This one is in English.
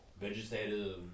vegetative